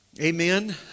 amen